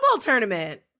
tournament